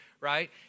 right